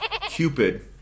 Cupid